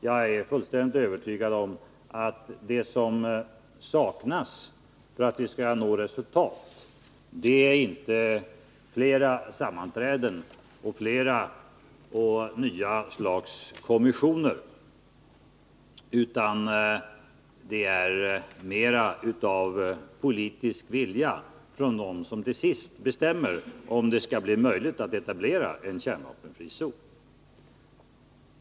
Jag är fullständigt övertygad om att det som saknas för att vi skall nå resultat, det är inte flera sammanträden eller flera och nya kommissioner, utan det är mer av politisk vilja från dem som till sist bestämmer om det skall bli möjligt att etablera en kärnvapenfri zon.